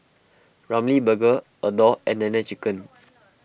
Ramly Burger Adore and Nene Chicken